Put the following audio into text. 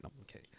Okay